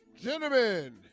Gentlemen